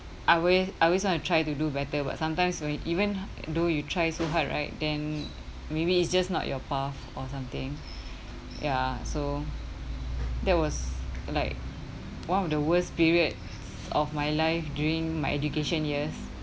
I always I always want to try to do better but sometimes when even though you try so hard right then maybe it's just not your path or something ya so that was like one of the worst periods of my life during my education years